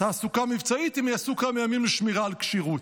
תעסוקה מבצעית, הם יעשו כמה ימים שמירה על כשירות.